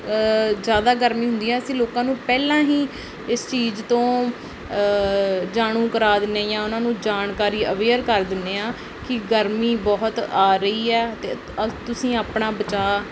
ਜ਼ਿਆਦਾ ਗਰਮੀ ਹੁੰਦੀ ਹੈ ਅਸੀਂ ਲੋਕਾਂ ਨੂੰ ਪਹਿਲਾਂ ਹੀ ਇਸ ਚੀਜ਼ ਤੋਂ ਜਾਣੂ ਕਰਾ ਦਿੰਦੇ ਜਾਂ ਉਹਨਾਂ ਨੂੰ ਜਾਣਕਾਰੀ ਅਵੇਅਰ ਕਰ ਦਿੰਦੇ ਹਾਂ ਕਿ ਗਰਮੀ ਬਹੁਤ ਆ ਰਹੀ ਹੈ ਅਤੇ ਤੁਸੀਂ ਆਪਣਾ ਬਚਾਅ